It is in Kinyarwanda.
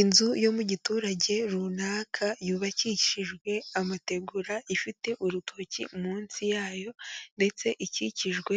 Inzu yo mu giturage runaka yubakishijwe amategura ifite urutoki munsi ya yo ndetse ikikijwe